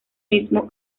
mismo